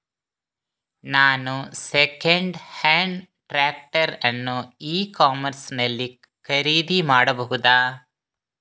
ನಾನು second hand tractor ಅನ್ನು e commerce ನಲ್ಲಿ ಖರೀದಿ ಮಾಡಬಹುದಾ?